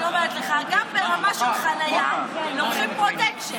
אני אומרת לך, גם ברמה של חניה לוקחים פרוטקשן.